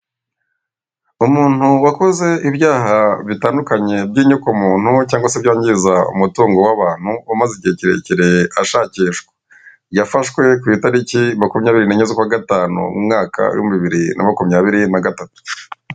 Umuntu wakoze ibyaha bitandukanye by'inyokomuntu cyangwa se byangiza umutungo w'abantu umaze igihe kirekire ashakishwa, yafashwe ku italiki makumyabiri n'enye z'ukwa gatanu mu mwaka w'ibihumbi bibiri na makumyabiri na gatatu.